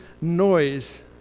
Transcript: noise